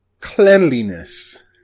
cleanliness